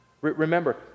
Remember